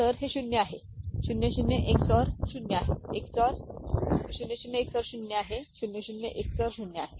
तर हे 0 आहे 0 0 XORed 0 आहे 0 0 XOR 0 आहे 0 0 XOR 0 आहे